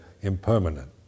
impermanent